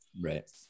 Right